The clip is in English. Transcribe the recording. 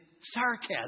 sarcasm